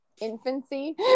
infancy